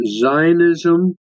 Zionism